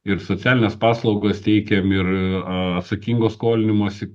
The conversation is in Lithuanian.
ir socialines paslaugas teikėm ir atsakingo skolinimosi